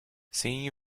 singing